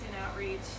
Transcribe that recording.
outreach